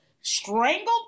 strangled